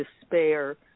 despair